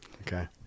Okay